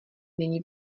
není